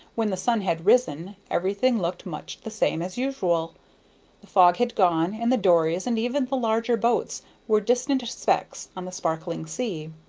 when the sun had risen, everything looked much the same as usual the fog had gone, and the dories and even the larger boats were distant specks on the sparkling sea.